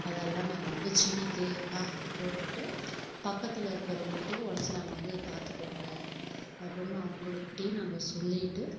அதெல்லாம் நாங்கள் வந்து செடிக்கு எல்லா போட்டுவிட்டு பக்கத்தில் இருக்கிறவுங்கள்ட்டியும் ஒன்ஸ் நாங்கள் வந்து பார்த்துக்கோங்க அப்படின்னு அவங்களுக்கிட்டியும் நாங்கள் சொல்லிவிட்டு